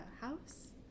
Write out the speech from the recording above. House